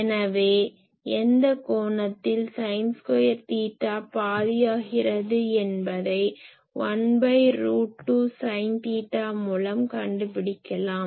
எனவே எந்த கோணத்தில் சைன் ஸ்கொயர் தீட்டா பாதியாகிறது என்பதை 1ரூட்2 சைன் தீட்டா மூலம் கண்டுபிடிக்கலாம்